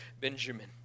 Benjamin